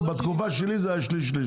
בתקופה שלי זה היה שליש-שליש-שליש.